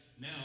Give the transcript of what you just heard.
Now